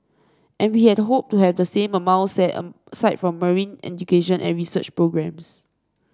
and we had hoped to have the same set side for marine education and research programmes